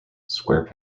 square